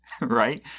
right